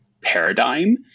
paradigm